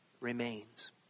remains